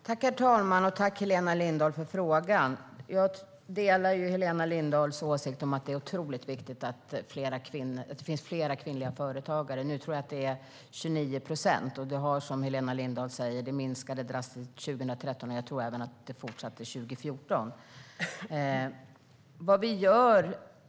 Herr talman! Tack, Helena Lindahl, för frågan! Jag delar Helena Lindahls åsikt att det är otroligt viktigt att det blir fler kvinnliga företagare. Nu är det 29 procent, tror jag. Som Helena Lindahl säger minskade det drastiskt 2013, och jag tror att detta fortsatte 2014.